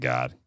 God